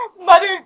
Mother